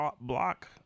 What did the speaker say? block